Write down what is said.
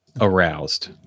aroused